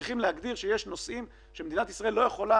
צריכים להגדיר שיש נושאים שמדינת ישראל לא יכולה